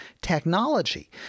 technology